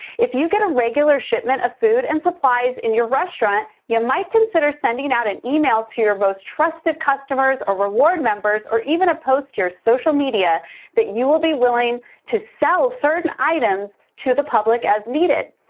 if you get a regular shipment of food and supplies in your restaurant, you might consider sending out an email to your most trusted customers or reward members or even a post to your social media that you will be willing to sell certain items to the public as needed.